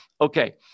Okay